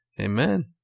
amen